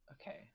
okay